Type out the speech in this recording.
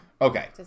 okay